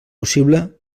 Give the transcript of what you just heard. possible